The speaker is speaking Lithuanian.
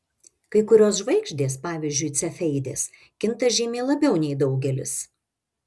kai kurios žvaigždės pavyzdžiui cefeidės kinta žymiai labiau nei daugelis